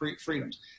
freedoms